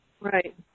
Right